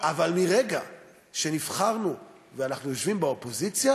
אבל מרגע שנבחרנו ואנחנו יושבים באופוזיציה,